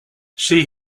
she